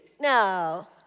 No